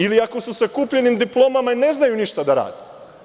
Ili, ako su sa kupljenim diplomama, oni ni ne znaju ništa da rade.